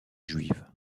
juive